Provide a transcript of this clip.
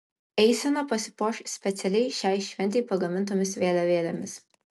eisena pasipuoš specialiai šiai šventei pagamintomis vėliavėlėmis